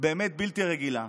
באמת בלתי רגילה.